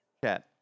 Chat